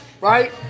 right